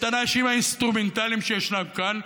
את האנשים האינסטרומנטליים שישנם כאן,